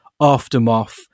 aftermath